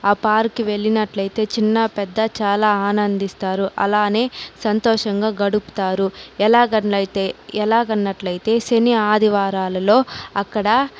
ఆ పార్క్ వెళ్లినట్లయితే చిన్న పెద్ద చాలా ఆనందిస్తారు అలానే సంతోషంగా గడుపుతారు ఎలాగన్నైతే ఎలాగన్నట్లయితే శని ఆదివారాలలో అక్కడ